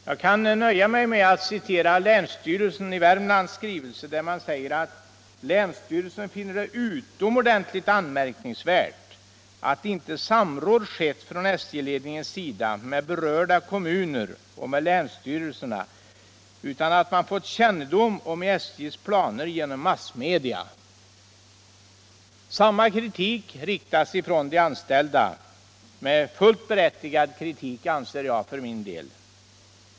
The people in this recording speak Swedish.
Jag kan nöja mig med att citera länsstyrelsens i Värmland skrivelse: ”Länsstyrelsen finner det utomordentligt anmärkningsvärt att inte samråd skett från SJ-ledningens sida med berörda kommuner och med länsstyrelserna utan att man fått kännedom om SJ:s planer genom massmedia”. Samma kritik framförs av de anställda, och det är fullt berättigad kritik, anser jag för min del.